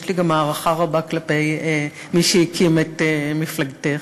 יש לי גם הערכה רבה כלפי מי שהקים את מפלגתך,